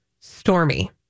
Stormy